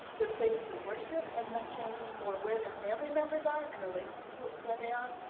their places of worship and them changing or where their family members are in relation to where they are,